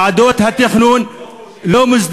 ועדות התכנון, לא מורשית.